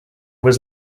was